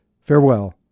Farewell